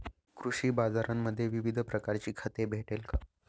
कृषी बाजारांमध्ये विविध प्रकारची खते भेटेल का?